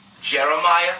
Jeremiah